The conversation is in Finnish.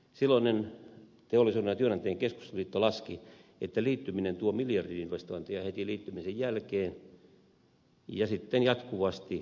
silloinen teollisuuden ja työnantajien keskusliitto laski että liittyminen tuo miljardi investointeja heti liittymisen jälkeen ja sitten jatkuvasti investointien määrä vain kasvaa